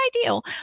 ideal